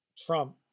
Trump